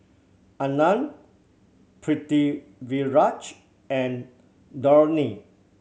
Anand Pritiviraj and Dhoni